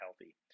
healthy